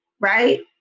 right